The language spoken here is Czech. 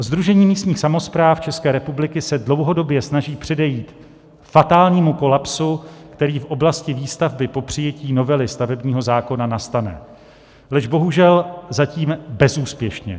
Sdružení místních samospráv České republiky se snaží předejít fatálnímu kolapsu, který v oblasti výstavby po přijetí novely stavebního zákona nastane, leč bohužel zatím bezúspěšně.